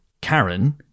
Karen